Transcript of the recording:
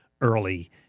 early